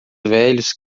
velhos